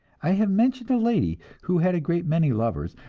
i have mentioned a lady who had a great many lovers.